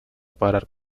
parar